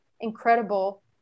incredible